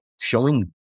showing